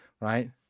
right